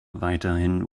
weiterhin